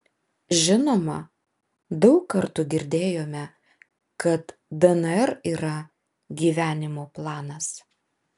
žinoma daug kartų girdėjome kad dnr yra gyvenimo planas